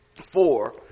four